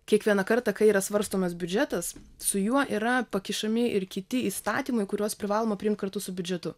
kiekvieną kartą kai yra svarstomas biudžetas su juo yra pakišami ir kiti įstatymai kuriuos privaloma priimt kartu su biudžetu